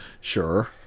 Sure